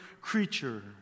creature